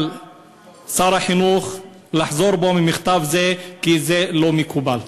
על שר החינוך לחזור בו ממכתב זה, כי זה לא מקובל.